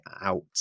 out